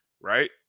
right